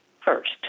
first